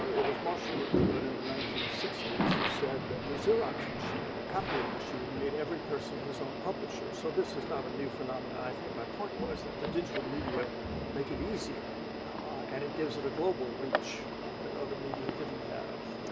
it was marshall mcluhan in the nineteen sixty s who said that the xerox machine, the copying machine, made every person his own publisher. so this is not a new phenomenon. and i think my point was that the digital media make it easier and it gives it a global reach that other media didn't have.